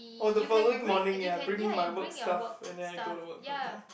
on the following morning ya bring my work stuff and then I go to work from there